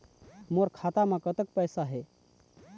मोर खाता म कतक पैसा हे?